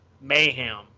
Mayhem